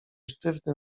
sztywny